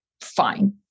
fine